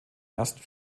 ersten